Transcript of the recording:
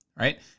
Right